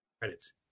credits